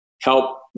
help